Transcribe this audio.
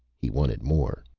he wanted more.